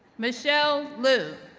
michelle lu,